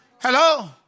Hello